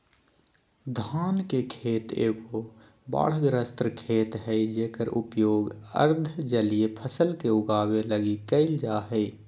धान के खेत एगो बाढ़ग्रस्त खेत हइ जेकर उपयोग अर्ध जलीय फसल के उगाबे लगी कईल जा हइ